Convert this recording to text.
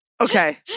Okay